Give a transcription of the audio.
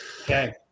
Okay